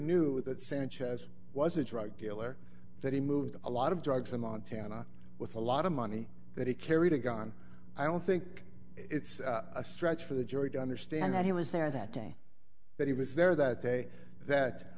knew that sanchez was a drug dealer that he moved a lot of drugs in montana with a lot of money that he carried a gun i don't think it's a stretch for the jury to understand that he was there that day that he was there that day that